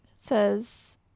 says